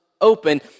open